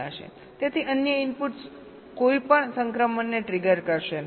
તેથી અન્ય ઇનપુટ્સ કોઈપણ સંક્રમણને ટ્રિગર કરશે નહીં